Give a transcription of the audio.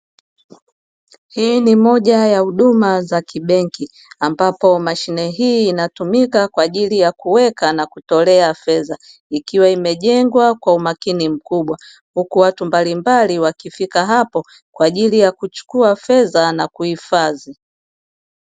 Hii ni moja ya huduma za kibenki ambapo mashine hii inatumika kwa ajili ya kuweka na kutolea fedha, ikiwa imejengwa kwa umakini mkubwa huku watu mbalimbali wakifika hapo kwa ajili ya kuchukua fedha na kuhifadhi.